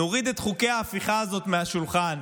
נוריד את חוקי ההפיכה הזאת מהשולחן,